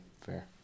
fair